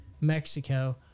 Mexico